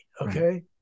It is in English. okay